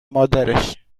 مادرش